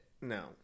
No